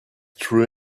true